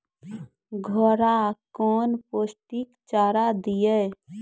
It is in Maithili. घोड़ा कौन पोस्टिक चारा दिए?